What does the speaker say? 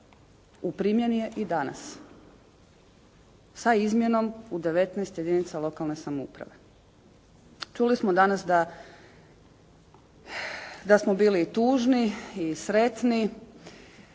u primjeni je i danas, sa izmjenom u 19 jedinica lokalne samouprave. Čuli smo danas da smo bili i tužni i sretni.